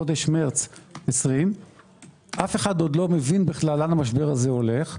חודש מרס 20'. אף אחד עוד לא מבין לאן המשבר הזה הולך.